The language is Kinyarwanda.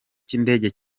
cy’indege